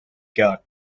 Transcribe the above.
got